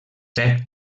set